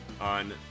on